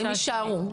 הם יישארו.